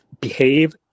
behave